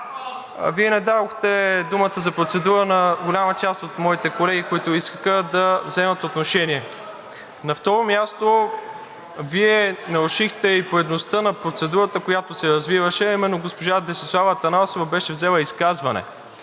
Вие не дадохте думата за процедура на голяма част от моите колеги, които искаха да вземат отношение. На второ място, Вие нарушихте и поредността на процедурата, която се развиваше, а именно госпожа Десислава Атанасова беше взела изказване.